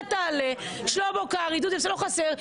אתה תעלה, שלמה קרעי, דודי אמסלם, לא חסר.